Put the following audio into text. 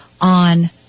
on